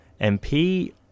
MP